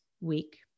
week